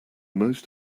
most